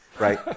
Right